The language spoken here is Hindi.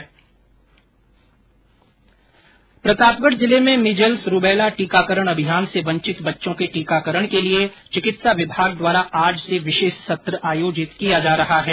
प्रतापगढ़ जिले में मिजल्स रूबैला टीकाकरण अभियान से वंचित बच्चों के टीकाकरण के लिए चिकित्सा विभाग द्वारा आज से विशेष सत्र आयोजित किया जा रहा है